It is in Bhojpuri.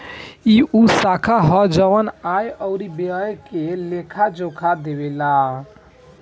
ई उ शाखा ह जवन आय अउरी व्यय के लेखा जोखा देखेला